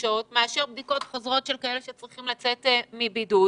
חדשות מאשר בדיקות חוזרות של כאלה שצריכים לצאת מבידוד